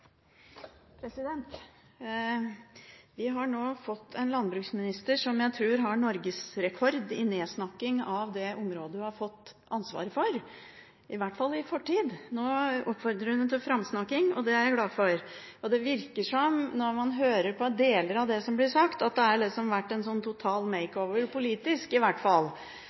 nedsnakking av det området hun har fått ansvaret for – i hvert fall i fortid. Nå oppfordrer hun til framsnakking, og det er jeg glad for. Når man hører på deler av det som blir sagt, virker det som om det har vært en total makeover – i hvert fall